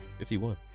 51